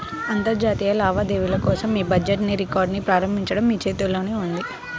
అంతర్జాతీయ లావాదేవీల కోసం మీ డెబిట్ కార్డ్ని ప్రారంభించడం మీ చేతుల్లోనే ఉంది